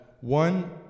one